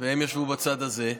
והם ישבו בצד הזה.